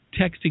texting